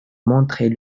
montrait